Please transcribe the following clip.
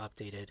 updated